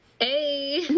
Hey